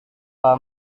pak